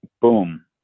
boom